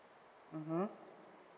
mmhmm